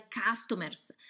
customers